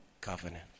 covenant